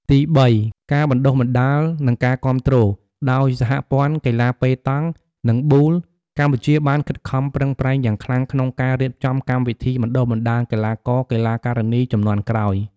ទីបីការបណ្តុះបណ្តាល និងការគាំទ្រ ដោយសហព័ន្ធកីឡាប៉េតង់ និងប៊ូលកម្ពុជាបានខិតខំប្រឹងប្រែងយ៉ាងខ្លាំងក្នុងការរៀបចំកម្មវិធីបណ្តុះបណ្តាលកីឡាករ-កីឡាការិនី ជំនាន់ក្រោយ។